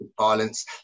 violence